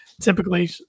typically